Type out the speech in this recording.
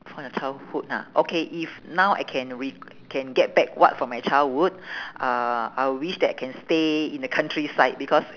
from your childhood ah okay if now I can re~ can get back what from my childhood uh I would wish that can stay in the countryside because